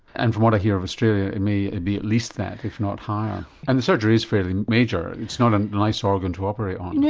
and from what i hear of australia it may be at least that, if not higher and the surgery is fairly major, it's not a nice organ to operate on.